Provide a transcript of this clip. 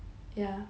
ya ya ya